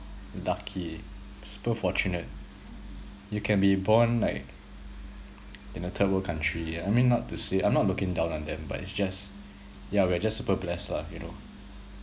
lucky super fortunate you can be born like in a third world country I mean not to say I'm not looking down on them but it's just yeah we're just super blessed lah you know